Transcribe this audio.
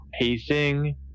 pacing